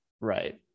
Right